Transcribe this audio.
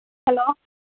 hello